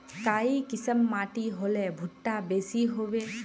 काई किसम माटी होले भुट्टा बेसी होबे?